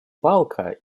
палка